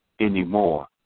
anymore